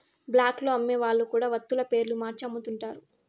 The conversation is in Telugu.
బ్లాక్ లో అమ్మే వాళ్ళు కూడా వత్తుల పేర్లు మార్చి అమ్ముతుంటారు